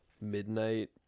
Midnight